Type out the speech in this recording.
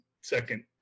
second